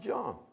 John